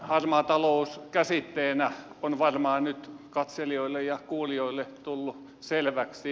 harmaa talous käsitteenä on varmaan nyt katselijoille ja kuulijoille tullut selväksi